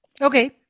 Okay